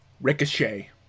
Ricochet